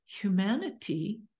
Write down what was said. humanity